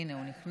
הינה הוא נכנס.